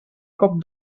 cop